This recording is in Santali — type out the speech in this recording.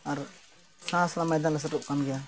ᱟᱨ ᱥᱮᱬᱟ ᱥᱮᱬᱟ ᱢᱚᱭᱫᱟᱱ ᱞᱮ ᱥᱮᱴᱮᱨᱚᱜ ᱠᱟᱱ ᱜᱮᱭᱟ